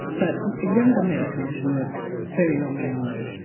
but younger medicos work very long hours,